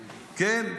כן.